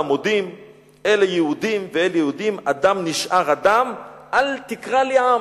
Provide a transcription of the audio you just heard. מודים / אלה יהודים ואלה יהודים / אדם נשאר אדם / אל תקרא לי עם"